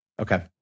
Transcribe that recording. Okay